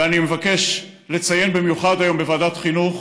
אני מבקש לציין במיוחד היום בוועדת חינוך